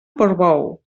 portbou